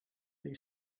they